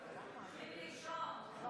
הולכים לישון.